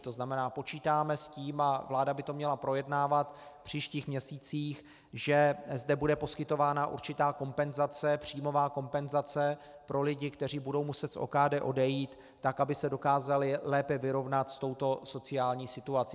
To znamená, počítáme s tím, a vláda by to měla projednávat v příštích měsících, že zde bude poskytována určitá kompenzace, příjmová kompenzace, pro lidi, kteří budou muset z OKD odejít, tak aby se dokázali lépe vyrovnat s touto sociální situací.